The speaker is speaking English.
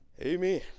Amen